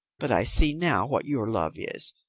but i see now what your love is.